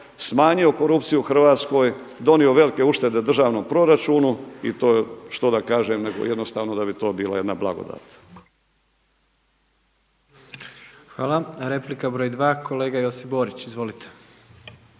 smanjio korupciju u Hrvatskoj, donio velike uštede državnom proračunu i to što da kažem nego jednostavno da bi to bila jedna blagodat. **Jandroković, Gordan (HDZ)** Hvala. Replika broj dva kolega Josip Borić. Izvolite.